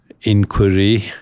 inquiry